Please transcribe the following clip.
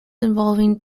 involving